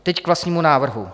Teď k vlastnímu návrhu.